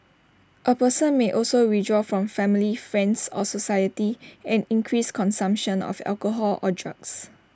A person may also withdraw from family friends or society and increase consumption of alcohol or drugs